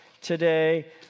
today